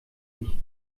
ich